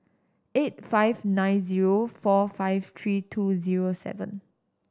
eight five nine zero four five three two zero seven